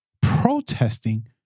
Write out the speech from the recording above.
protesting